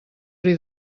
bri